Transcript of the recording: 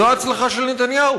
זו ההצלחה של נתניהו.